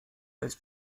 als